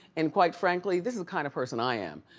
and, quite frankly, this is the kind of person i am,